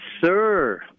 sir